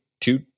two